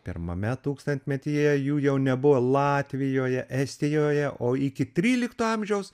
pirmame tūkstantmetyje jų jau nebuvo latvijoje estijoje o iki trylikto amžiaus